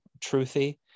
truthy